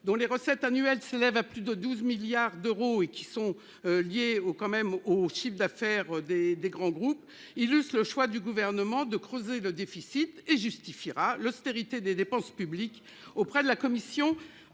Dont les recettes annuelles s'élèvent à plus de 12 milliards d'euros et qui sont liés aux quand même aux chiffres d'affaires des des grands groupes, ils laissent le choix du gouvernement de creuser le déficit et justifiera l'austérité des dépenses publiques auprès de la Commission